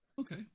okay